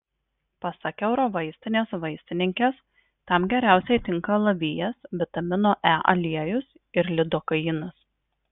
pasak eurovaistinės vaistininkės tam geriausiai tinka alavijas vitamino e aliejus ir lidokainas